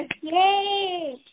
Yay